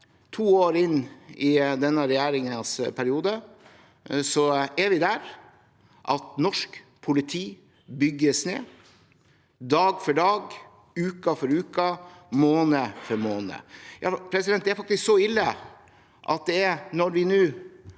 to år inn i denne regjeringens periode er vi der at norsk politi bygges ned dag for dag, uke for uke, måned for måned. Ja, det er faktisk så ille at når vi nå